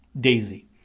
Daisy